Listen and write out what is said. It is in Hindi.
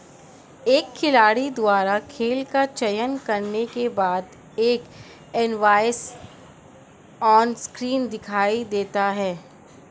एक खिलाड़ी द्वारा खेल का चयन करने के बाद, एक इनवॉइस ऑनस्क्रीन दिखाई देता है